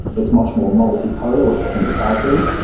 it's much more multipolar, which i think is healthy.